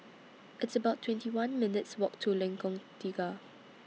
It's about twenty one minutes' Walk to Lengkong Tiga